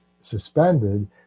suspended